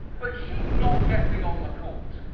but she's not getting on the court.